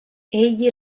egli